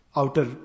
outer